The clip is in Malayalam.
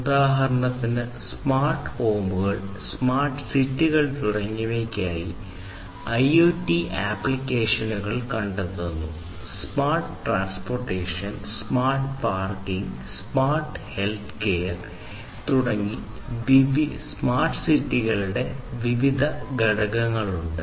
ഉദാഹരണത്തിന് സ്മാർട്ട് ഹോമുകൾ തുടങ്ങിയ സ്മാർട്ട് സിറ്റികളുടെ വ്യത്യസ്ത ഘടകങ്ങളുണ്ട്